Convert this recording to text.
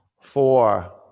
four